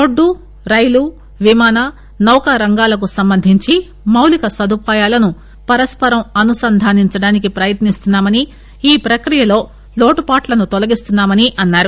road రైలు విమాన నౌకా రంగాలకు సంబంధించి మౌళిక సదుపాయాలను పరస్పరం అనుసంధానించడానికి ప్రయత్ని స్తున్నామని ఈ ప్రక్రియలో లోటుపాట్లను తొలగిస్తున్నామని అన్నారు